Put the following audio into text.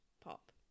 pop